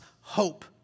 hope